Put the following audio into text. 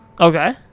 Okay